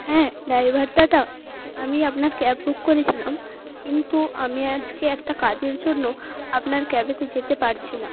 হ্যাঁ ড্রাইভার দাদা আমি আপনার ক্যাব বুক করেছিলাম কিন্তু আমি আজকে একটা কাজের জন্য আপনার ক্যাবেতে যেতে পারছি না